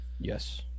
Yes